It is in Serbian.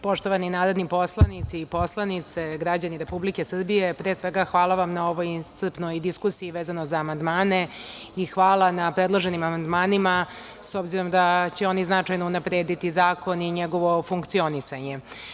Poštovani narodni poslanici i poslanice, građani Republike Srbije, pre svega hvala vam na ovoj iscrpnoj diskusiji, vezano za amandmane i hvala na predloženim amandmanima s obzirom da će oni značajno unaprediti zakon i njegovo funkcionisanje.